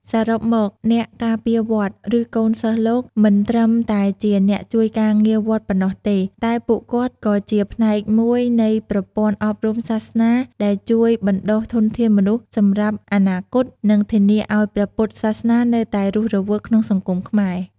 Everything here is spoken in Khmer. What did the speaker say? សរុបមក អ្នកការពារវត្ត ឬកូនសិស្សលោក មិនត្រឹមតែជាអ្នកជួយការងារវត្តប៉ុណ្ណោះទេ តែពួកគាត់ក៏ជាផ្នែកមួយនៃប្រព័ន្ធអប់រំសាសនាដែលជួយបណ្ដុះធនធានមនុស្សសម្រាប់អនាគត និងធានាឱ្យព្រះពុទ្ធសាសនានៅតែរស់រវើកក្នុងសង្គមខ្មែរ។